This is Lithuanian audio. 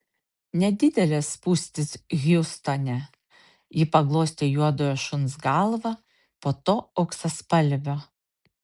nedidelės spūstys hjustone ji paglostė juodojo šuns galvą po to auksaspalvio